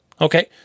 okay